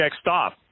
stop